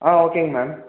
ஆ ஓகேங்க மேம்